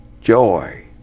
joy